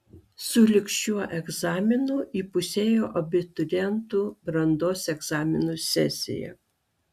su lig šiuo egzaminu įpusėjo abiturientų brandos egzaminų sesija